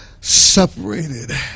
separated